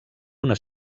una